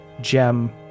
gem